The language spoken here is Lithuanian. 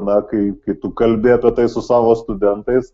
na kai kai tu kalbi apie tai su savo studentais